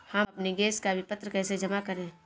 हम अपने गैस का विपत्र कैसे जमा करें?